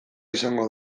izango